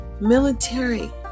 Military